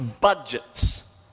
budgets